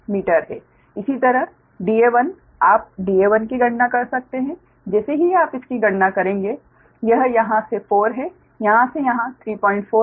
इसी तरह Da1 आप Da1 की गणना कर सकते हैं जैसे ही आप इसकी गणना करेंगे यह यहाँ से 4 है यहां से यहां 34 है